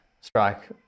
strike